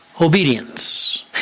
obedience